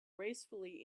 gracefully